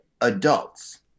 adults